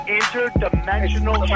interdimensional